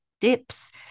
dips